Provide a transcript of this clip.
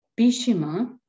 Pishima